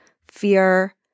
fear